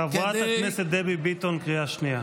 חברת הכנסת דבי ביטון, קריאה שנייה.